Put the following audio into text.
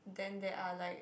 then they are like